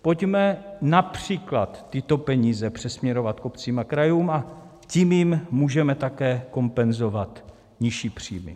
Pojďme například tyto peníze přesměrovat k obcím a krajům, a tím jim můžeme také kompenzovat nižší příjmy.